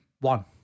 one